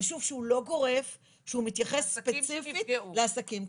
ושוב, שהוא לא גורף, שהוא מתייחס ספציפית לעסקים.